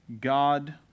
God